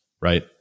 Right